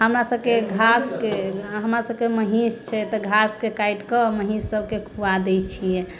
हमरा सभकेँ घासके हमरा सभकेँ महीस छै तऽ घासके काटिके महीस सभकेँ खुआ दै छियै